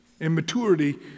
Immaturity